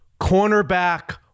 cornerback